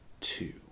two